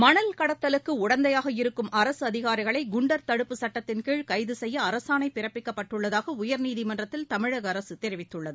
மணல் கடத்தலுக்கு உடந்தையாக இருக்கும் அரசு அதிகாரிகளை குண்டர் தடுப்புச் சுட்டத்தின் கீழ் கைது செய்ய அரசாணை பிறப்பிக்கப்பட்டுள்ளதாக உயர்நீதிமன்றத்தில் தமிழக அரசு தெரிவித்துள்ளது